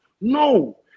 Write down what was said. No